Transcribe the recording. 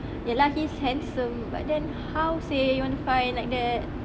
ye lah he's handsome but then how seh you won't find like that